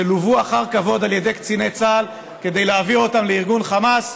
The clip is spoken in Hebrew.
ולווה אחר כבוד על ידי קציני צה"ל כדי להעביר אותם לארגון חמאס,